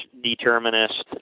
determinist